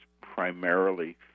primarily